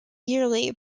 yearly